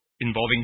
involving